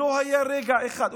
לא היה רגע אחד,